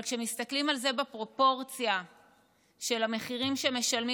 אבל כשמסתכלים על זה בפרופורציה של המחירים שמשלמים